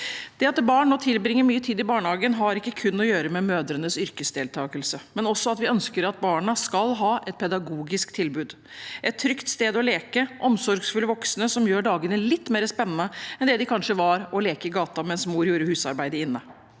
Det at barn nå tilbringer mye tid i barnehagen, har ikke kun å gjøre med mødrenes yrkesdeltakelse, men også at vi ønsker at barna skal ha et pedagogisk tilbud, et trygt sted å leke og omsorgsfulle voksne som gjør dagene litt mer spennende enn det det kanskje var å leke i gata mens mor gjorde husarbeidet inne.